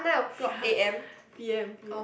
ya P_M P_M